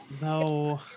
No